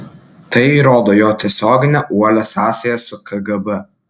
tai įrodo jo tiesioginę uolią sąsają su kgb